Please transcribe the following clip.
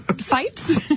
fights